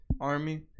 Army